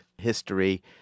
history